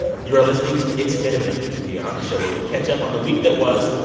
you are listening to it's been a minute from npr, the show where we catch up on the week that was.